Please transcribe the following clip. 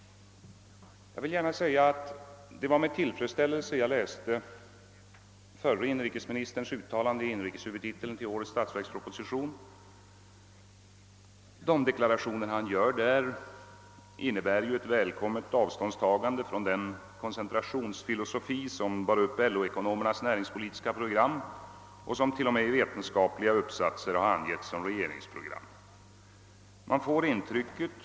Jag vill gärna säga att det var med tillfredsställelse jag läste förre inrikesministerns uttalande under elfte huvudtiteln i årets statsverksproposition. De deklarationer han gör där innebär ett välkommet avståndstagande från den koncentrationsfilosofi, som bar upp LO-ekonomernas näringspolitiska program och som till och med i vetenskapliga uppsatser har angivits som den nuvarande regeringens program under sextiotalet.